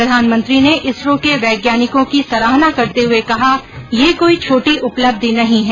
प्रधानमंत्री ने इसरो के वैज्ञानिकों की सराहना करते हुए कहा यह कोई छोटी उपलब्धी नहीं है